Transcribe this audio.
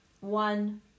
One